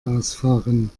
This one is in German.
ausfahren